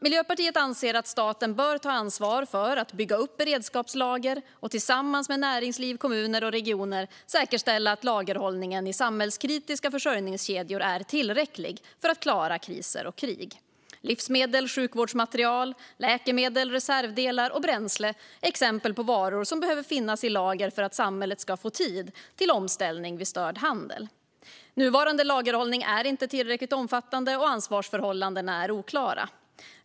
Miljöpartiet anser att staten bör ta ansvar för att bygga upp beredskapslager och tillsammans med näringsliv, kommuner och regioner säkerställa att lagerhållningen i samhällskritiska försörjningskedjor är tillräcklig för att klara kriser och krig. Livsmedel, sjukvårdsmaterial, läkemedel, reservdelar och bränsle är exempel på varor som behöver finnas i lager för att samhället ska få tid till omställning vid störd handel. Nuvarande lagerhållning är inte tillräckligt omfattande, och ansvarsförhållandena är oklara.